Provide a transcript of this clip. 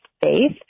faith